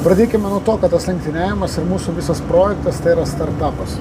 pradėkime nuo to kad tas lenktyniavimas ir mūsų visas projektas tai yra startapas